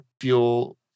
fuel